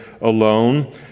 alone